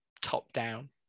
top-down